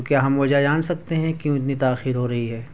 تو کیا ہم وجہ جان سکتے ہیں کیوں اتنی تاخیر ہو رہی ہے